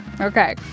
Okay